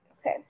Okay